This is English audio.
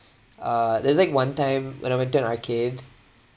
uh there's like one time when I went to an arcade